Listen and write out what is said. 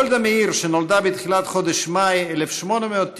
גולדה מאיר, שנולדה בתחילת חודש מאי 1898,